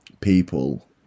people